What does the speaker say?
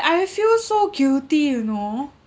I feel so guilty you know